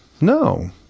No